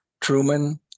Truman